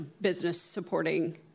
business-supporting